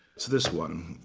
it's this one.